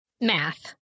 Math